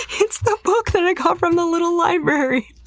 it's the book that i got from the little library!